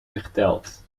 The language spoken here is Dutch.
verteld